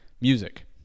music